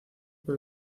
por